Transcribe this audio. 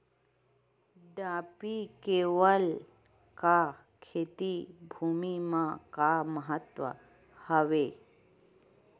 Dumpy level का खेती भुमि म का महत्व हावे?